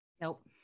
Nope